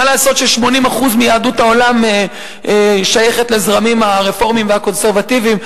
מה לעשות ש-80% מיהדות העולם שייכת לזרמים הרפורמיים והקונסרבטיביים,